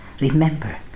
remember